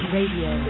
Radio